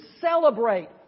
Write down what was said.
celebrate